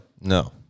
No